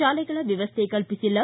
ಶಾಲೆಗಳ ವ್ಯವಸ್ಥೆ ಕಲ್ಲಿಸಿಲ್ಲ